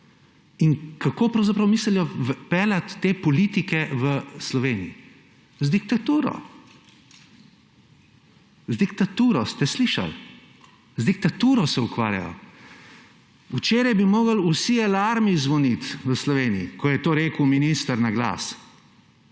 in kako pravzaprav mislijo peljati te politike v Sloveniji – z diktaturo. Z diktaturo, ste slišali? Z diktaturo se ukvarjajo. Včeraj bi morali vsi alarmi zvoniti v Sloveniji, ko je to rekel minister na glas.